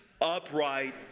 upright